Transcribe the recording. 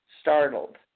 startled